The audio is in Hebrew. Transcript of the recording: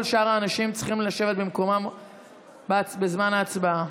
כל שאר האנשים צריכים לשבת במקומותיהם בזמן ההצבעה.